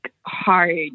hard